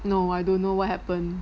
no I don't know what happen